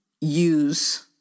use